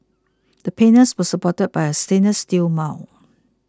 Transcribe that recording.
the panels were supported by a stainless steel mount